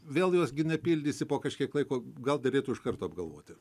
vėl jos gi ne pildysi po kažkiek laiko gal derėtų iš karto apgalvoti